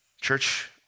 Church